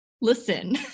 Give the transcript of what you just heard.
listen